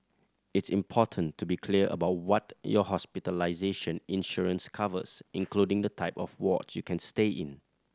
it's important to be clear about what your hospitalization insurance covers including the type of wards you can stay in